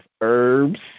herbs